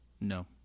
No